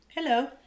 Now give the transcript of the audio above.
Hello